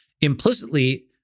Implicitly